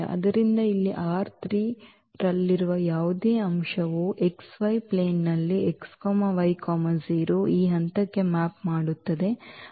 ಆದ್ದರಿಂದ ಇಲ್ಲಿ ರಲ್ಲಿರುವ ಯಾವುದೇ ಅಂಶವು xy ಪ್ಲೇನ್ನಲ್ಲಿ x y 0 ಈ ಹಂತಕ್ಕೆ ಮ್ಯಾಪ್ ಮಾಡುತ್ತದೆ